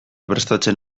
prestatzen